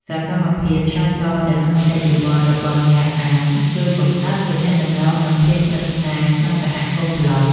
សកម្មភាពឆ្លើយតបទៅនឹងមតិយោបល់របស់អ្នកអាន ជួយបង្កើតទំនាក់ទំនង និងភាពស្និទ្ធស្នាលក្នុងសហគមន៍ប្លក់។